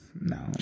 no